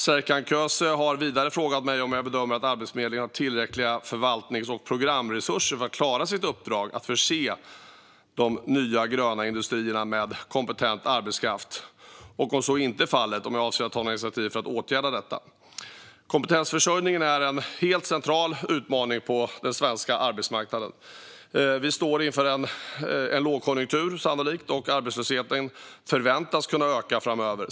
Serkan Köse har vidare frågat mig om jag bedömer att Arbetsförmedlingen har tillräckliga förvaltnings och programresurser för att klara av sitt uppdrag att förse de nya gröna industrierna med kompetent arbetskraft och, om så inte är fallet, om jag avser att ta några initiativ för att åtgärda detta. Kompetensförsörjningen är en helt central utmaning på den svenska arbetsmarknaden. Vi står sannolikt inför en lågkonjunktur, och arbetslösheten förväntas kunna öka framöver.